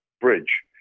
bridge